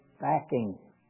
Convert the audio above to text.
backing